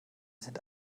sind